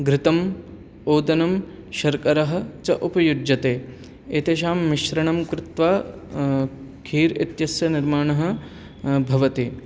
घृतम् ओदनं शर्करा च उपयुज्यते एतेषां मिश्रणं कृत्वा खीर् इत्यस्य निर्माणं भवति